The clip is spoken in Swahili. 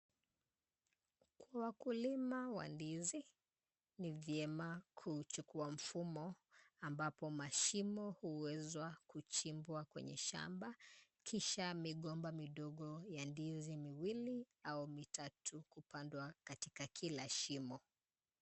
Wakulima wa ndizi, ni vyema kuchukua mfumo ambapo mashimo huwezwa kuchimbwa kwenye shamba, kisha migomba midogo ya ndizi miliwi au mitatu kupandwa katika kila shimo.